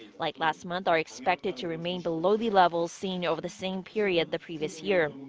like last month. are expected to remain below the levels seen over the same period the previous year.